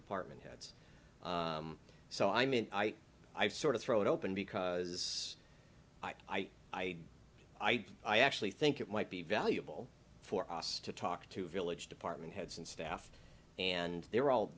department heads so i mean i sort of throw it open because i i i i actually think it might be valuable for us to talk to village department heads and staff and they're all